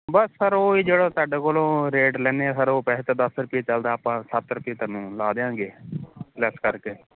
ਬਸ sir ਓਹੀ ਜਿਹੜਾ ਤਾਡੇ ਕੋਲੋਂ ਰੇਟ ਲੈਨੇ ਆ ਸਰ ਉਹ ਪੈਸੇ ਤੇ ਦਸ ਰੁਪਈਏ ਚੱਲਦਾ ਸਰ ਆਪਾਂ ਸੱਤ ਰੁਪਏ ਧਾਨੂੰ ਲਾ ਦਿਆਂਗੇ ਲੈੱਸ ਕਰਕੇ